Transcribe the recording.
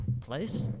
place